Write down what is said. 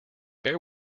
bear